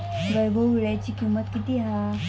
वैभव वीळ्याची किंमत किती हा?